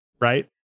right